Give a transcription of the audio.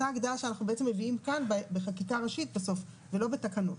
אותה הגדלה שאנחנו מביאים כאן בחקיקה ראשית בסוף ולא בתקנות.